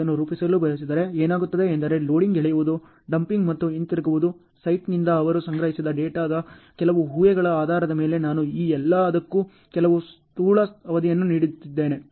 ನಾನು ಇದನ್ನು ರೂಪಿಸಲು ಬಯಸಿದರೆ ಏನಾಗುತ್ತದೆ ಎಂದರೆ ಲೋಡಿಂಗ್ ಎಳೆಯುವುದು ಡಂಪಿಂಗ್ ಮತ್ತು ಹಿಂತಿರುಗುವುದು ಸೈಟ್ನಿಂದ ಅವರು ಸಂಗ್ರಹಿಸಿದ ಡೇಟಾದ ಕೆಲವು ಊಹೆಗಳ ಆಧಾರದ ಮೇಲೆ ನಾನು ಈ ಎಲ್ಲದಕ್ಕೂ ಕೆಲವು ಸ್ಥೂಲ ಅವಧಿಯನ್ನು ನೀಡಿದ್ದೇನೆ